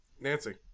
Nancy